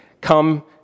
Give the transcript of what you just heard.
come